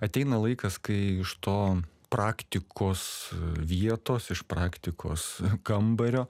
ateina laikas kai iš to praktikos vietos iš praktikos kambario